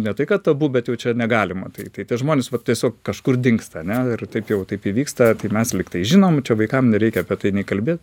ne tai kad tabu bet jau čia negalima tai tai tie žmonės vat tiesiog kažkur dingsta ane ir taip jau taip įvyksta tai mes lyg tai žinom čia vaikam nereikia apie tai nei kalbėt